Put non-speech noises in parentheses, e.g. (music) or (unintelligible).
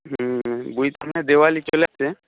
হুম হুম বুঝতে (unintelligible) দেওয়ালি চলে (unintelligible)